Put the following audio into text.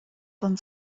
don